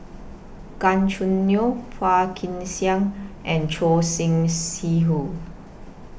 Gan Choo Neo Phua Kin Siang and Choor Singh Sidhu